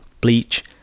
Bleach